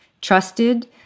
trusted